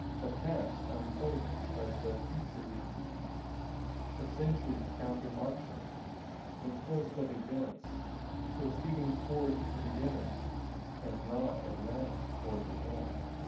the past unfolding as the future recedes the centuries countermarching the course of events proceeding toward the beginning and not, as now, toward the end?